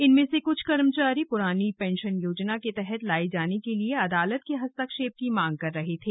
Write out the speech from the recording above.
इनमें से कुछ कर्मचारी पुरानी पेंशन योजना के तहत लाये जाने के लिए अदालत के हस्तक्षेप की मांग कर रहे थे